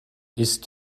ist